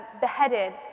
beheaded